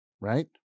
Right